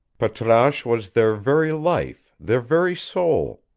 patrasche was their very life, their very soul.